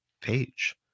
page